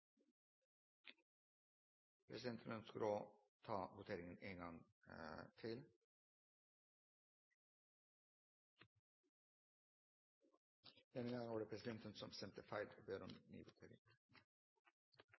Presidenten ønsker å ta voteringen en gang til. Denne gangen var det presidenten som stemte feil.